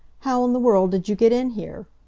how in the world did you get in here?